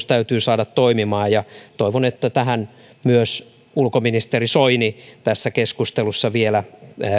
täytyy saada toimimaan ja toivon että tähän myös ulkoministeri soini tässä keskustelussa vielä